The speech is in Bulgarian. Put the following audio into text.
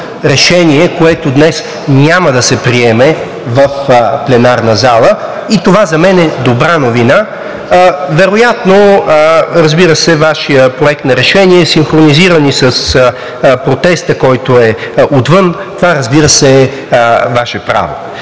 решение, което днес няма да се приеме в пленарната зала, а това за мен е добра новина. Вероятно, разбира се, Вашият Проект на решение е синхронизиран и с протеста, който е отвън – това, разбира се, е Ваше право.